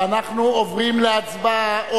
ואנחנו עוברים להצבעה.